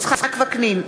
יצחק וקנין,